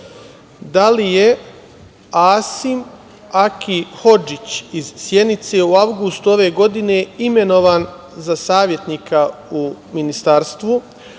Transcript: li je Asim Aki Hodžić iz Sjenice u avgustu ove godine imenovan za savetnika u Ministarstvu?